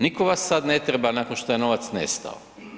Nitko vas sad ne treba nakon što je novac nestao.